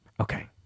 Okay